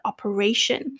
Operation 。